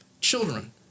children